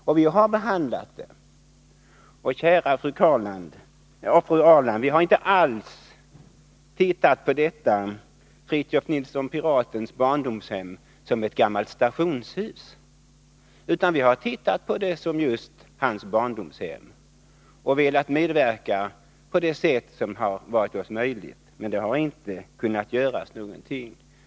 Och vi har, kära fru Ahrland, inte alls tittat på Fritiof Nilsson Piratens barndomshem som ett gammalt stationshus, utan vi har sett på det som just hans barndomshem och velat medverka på det sätt som varit oss möjligt, men det har inte kunnat göras någonting.